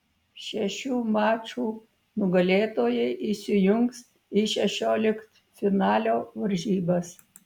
šešių mačų nugalėtojai įsijungs į šešioliktfinalio varžybas